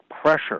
pressure